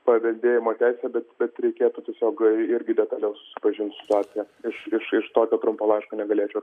paveldėjimo teisė bet bet reikėtų tiesiog irgi detaliau susipažint su situacija iš iš tokio trumpo laiško negalėčiau